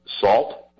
SALT